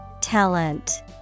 Talent